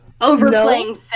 Overplaying